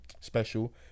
special